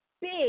big